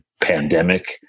pandemic